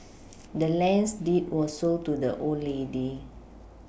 the land's deed was sold to the old lady